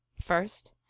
First